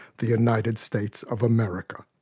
the united states of america.